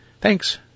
Thanks